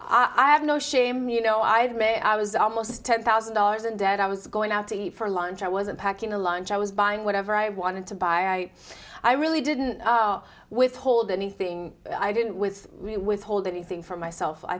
it i have no shame you know i have made i was almost ten thousand dollars in debt i was going out to eat for lunch i wasn't packing a lunch i was buying whatever i wanted to buy i really didn't withhold anything i didn't with withhold anything for myself i